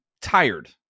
tired